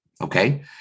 okay